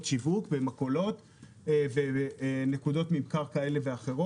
שיווק ובמכולות בנקודות ממכר מסוימות.